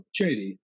opportunity